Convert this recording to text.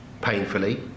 painfully